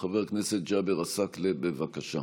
חבר הכנסת ג'אבר עסאקלה, בבקשה.